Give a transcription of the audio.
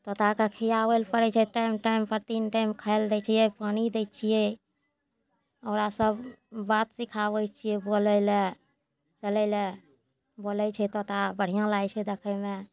तोताके खिआबै ले पड़ै छै टाइम टाइमपर तीन टाइम खाइ ले दै छिए पानी दै छिए ओकरा सब बात सिखाबै छिए बोलै ले चलै ले बोलै छै तोता बढ़िआँ लागै छै देखैमे